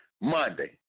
Monday